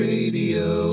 Radio